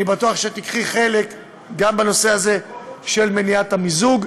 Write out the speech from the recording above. תיקחי חלק גם בנושא הזה של מניעת המיזוג.